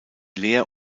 lehr